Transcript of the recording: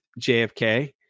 JFK